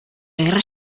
guerra